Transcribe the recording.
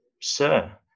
Sir